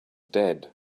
dead